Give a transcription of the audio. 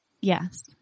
Yes